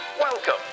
welcome